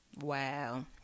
Wow